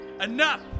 Enough